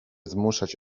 zmuszać